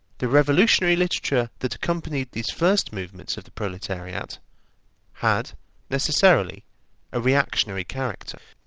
the revolutionary literature that accompanied these first movements of the proletariat had necessarily a reactionary character.